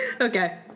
okay